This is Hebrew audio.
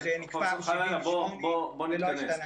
זה נקבע ב-1978 ולא השתנה.